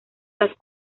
las